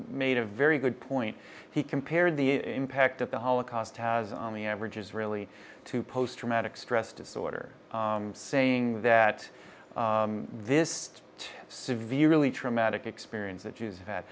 made a very good point he compared the impact of the holocaust has on the average israeli to post traumatic stress disorder saying that this severely traumatic experience that